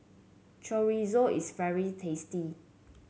chorizo is very tasty